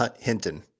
Hinton